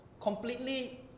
completely